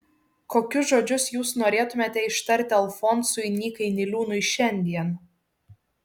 kokius žodžius jūs norėtumėte ištarti alfonsui nykai niliūnui šiandien